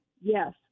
Yes